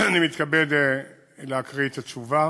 אני מתכבד להקריא את התשובה